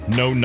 no